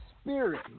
spirit